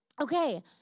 Okay